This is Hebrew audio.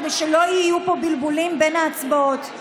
כדי שלא יהיו בלבולים בין ההצבעות.